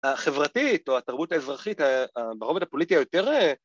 ‫החברתית או התרבות האזרחית, ‫ברובד הפוליטי היותר...